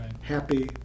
happy